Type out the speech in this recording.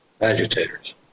agitators